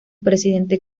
presidente